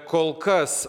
kol kas